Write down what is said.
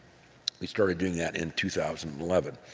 we started doing that in two thousand and eleven.